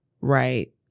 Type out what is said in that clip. right